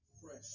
Fresh